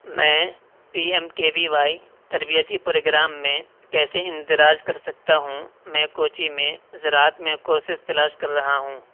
میں P M K V Y تربیتی programme میں کیسے اندراج کر سکتا ہوں میں کوچی میں زراعت میں کورسز تلاش کر رہا ہوں